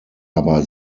aber